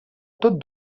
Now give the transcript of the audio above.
tot